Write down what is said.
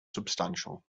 substantial